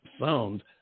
sound